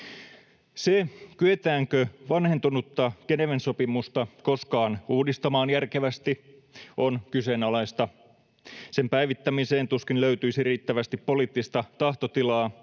Se, kyetäänkö vanhentunutta Geneven sopimusta koskaan uudistamaan järkevästi, on kyseenalaista. Sen päivittämiseen tuskin löytyisi riittävästi poliittista tahtotilaa,